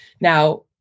Now